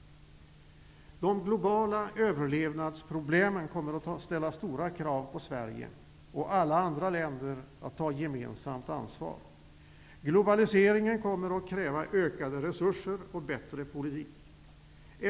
De globala överlevnadsproblemen kommer att ställa stora krav på Sverige och alla andra länder att ta gemensamt ansvar. Globaliseringen kommer att kräva ökade resurser och bättre politik.